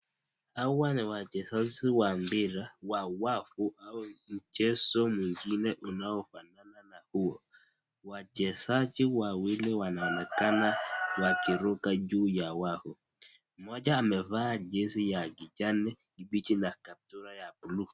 Hawa ni wachezaji wa mpira wa wavu au mchezi nyingine unaofanana na huo. Wachezaji wawili wanaonekana wakiruka juu ya wavu , mmoja mevaa jezi ya kijani kibichi na kaptura ya buluu.